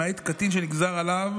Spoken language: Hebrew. למעט קטין שנגזר עליו